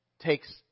takes